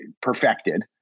perfected